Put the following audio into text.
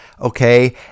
okay